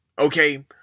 Okay